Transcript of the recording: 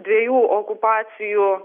dviejų okupacijų